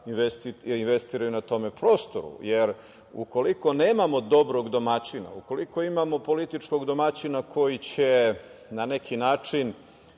investiraju na tom prostoru. Jer ukoliko nemamo dobrog domaćina, ukoliko imamo političkog domaćina koji će na neki način